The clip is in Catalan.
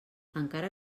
encara